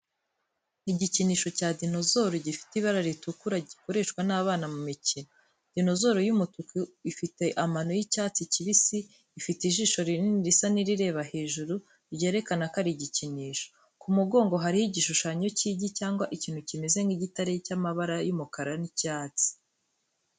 Igikinisho cya dinozoro gifite ibara ritukura, gikoreshwa n’abana mu mikino. Dinozoro y’umutuku ifite amano y’icyatsi kibisi, ifite ijisho rinini risa n’irireba hejuru, ryerekana ko ari igikinisho. Ku mugongo hariho igishushanyo cy’igi, cyangwa ikintu kimeze nk'igitare cy’amabara y’umukara n'icyatsi.